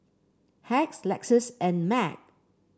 Hacks Lexus and Mac